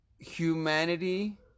humanity